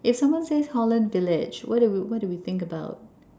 if someone says holland village what do what do we think about